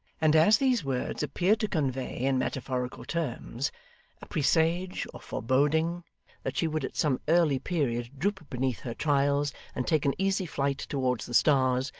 and as these words appeared to convey in metaphorical terms a presage or foreboding that she would at some early period droop beneath her trials and take an easy flight towards the stars,